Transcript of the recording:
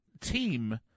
team